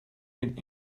been